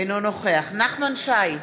אינו נוכח נחמן שי,